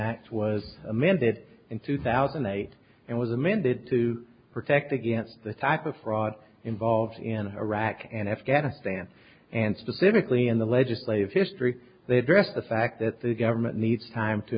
that was amended in two thousand and eight and was amended to protect against the type of fraud involved in iraq and afghanistan and specifically in the legislative history they address the fact that the government needs time to